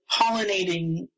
pollinating